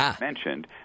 mentioned